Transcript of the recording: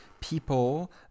people